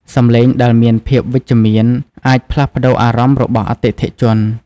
សំឡេងដែលមានភាពវិជ្ជមានអាចផ្លាស់ប្ដូរអារម្មណ៍របស់អតិថិជន។